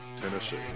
Tennessee